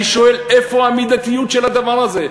אני שואל, איפה המידתיות של הדבר הזה?